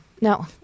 no